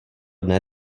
dne